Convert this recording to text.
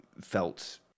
felt